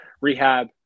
rehab